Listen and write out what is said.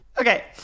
Okay